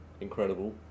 incredible